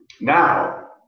now